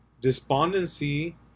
Despondency